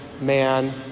man